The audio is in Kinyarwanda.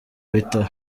bitaro